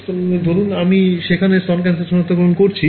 সুতরাং ধরুন আমি সেখানে স্তন ক্যান্সার সনাক্তকরণ করছি